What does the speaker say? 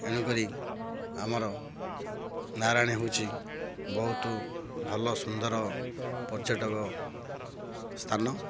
ଏଣୁକରି ଆମର ନାରାୟଣୀ ହେଉଛି ବହୁତୁ ଭଲ ସୁନ୍ଦର ପର୍ଯ୍ୟଟକ ସ୍ଥାନ